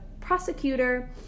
prosecutor